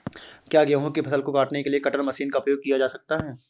क्या गेहूँ की फसल को काटने के लिए कटर मशीन का उपयोग किया जा सकता है?